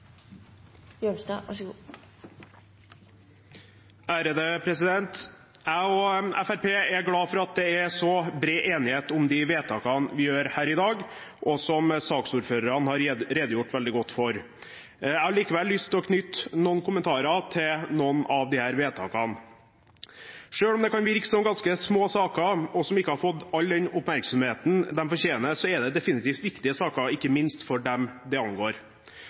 det er så bred enighet om de vedtakene vi gjør her i dag, og som saksordførerne har redegjort veldig godt for. Jeg har likevel lyst til å knytte noen kommentarer til noen av disse vedtakene. Selv om det kan virke som ganske små saker, som ikke har fått all den oppmerksomheten de fortjener, er det definitivt viktige saker, ikke minst for dem det angår.